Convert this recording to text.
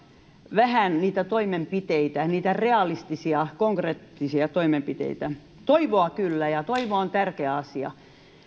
vähän niitä toimenpiteitä niitä realistisia konkreettisia toimenpiteitä toivoa on kyllä ja toivo on tärkeä asia